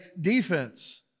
defense